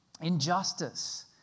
Injustice